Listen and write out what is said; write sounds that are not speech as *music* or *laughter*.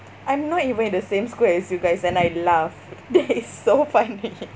I'm not even in the same school as you guys and I laughed that is so funny *laughs*